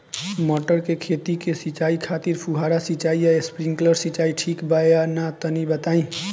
मटर के खेती के सिचाई खातिर फुहारा सिंचाई या स्प्रिंकलर सिंचाई ठीक बा या ना तनि बताई?